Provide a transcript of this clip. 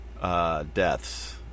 deaths